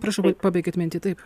prašau pa pabaikit mintį taip